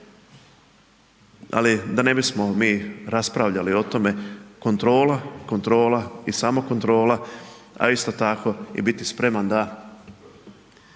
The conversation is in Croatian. Ali da ne bismo mi raspravljali o tome kontrola, kontrola i samo kontrola a isto tako i biti spreman da